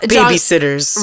babysitters